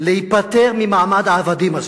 להיפטר ממעמד העבדים הזה,